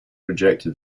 rejected